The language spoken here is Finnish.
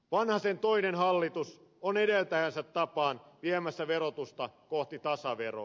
vanhasen toinen hallitus on edeltäjänsä tapaan viemässä verotusta kohti tasaveroa